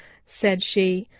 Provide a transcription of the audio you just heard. said she,